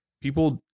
people